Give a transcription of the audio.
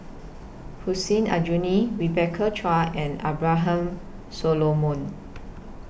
Hussein Aljunied Rebecca Chua and Abraham Solomon